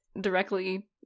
directly